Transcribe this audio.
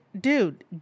dude